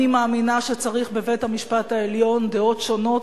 אני מאמינה שצריך בבית-המשפט העליון דעות שונות,